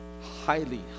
highly